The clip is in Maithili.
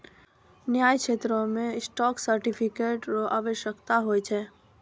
न्याय क्षेत्रो मे स्टॉक सर्टिफिकेट र आवश्यकता होय छै